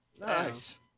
Nice